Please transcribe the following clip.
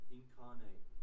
incarnate